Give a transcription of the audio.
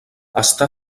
està